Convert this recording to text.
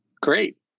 great